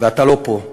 ואתה לא פה.